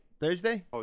Thursday